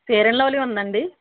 fair and Lovely ఉందాండి